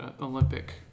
Olympic